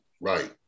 right